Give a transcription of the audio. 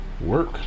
Work